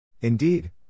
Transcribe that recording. Indeed